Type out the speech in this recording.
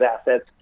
assets